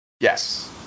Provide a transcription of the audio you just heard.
Yes